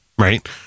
right